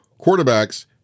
quarterbacks